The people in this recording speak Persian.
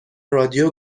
رادیو